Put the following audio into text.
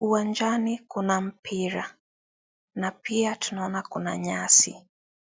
uwanjani kuna mpira na pia tunaona kuna nyasi.